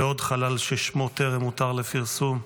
ועוד חלל ששמו טרם הותר לפרסום.